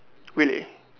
really